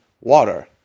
water